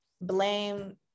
blame